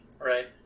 Right